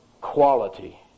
quality